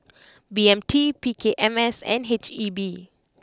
B M T P K M S and H E B